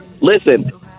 Listen